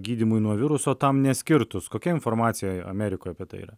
gydymui nuo viruso tam neskirtus kokia informacija amerikoj apie tai yra